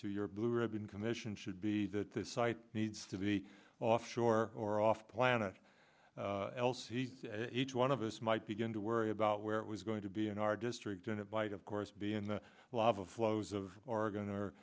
to your blue ribbon commission should be that the site needs to be off shore or off planet l c each one of us might begin to worry about where it was going to be in our district and a bite of course being the lava flows of oregon or